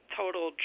total